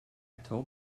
told